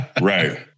Right